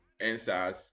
answers